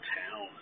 town